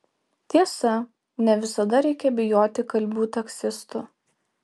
tiesa ne visada reikia bijoti kalbių taksistų